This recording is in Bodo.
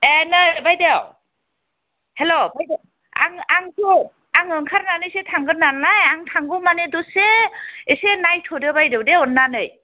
ए नै बायदेव हेल' बायदेव आं आंसो आं ओंखारनानैसो थांगोन नालाय आं थांगौमानि दसे एसे नायथ'दो बायदेव दे अननानै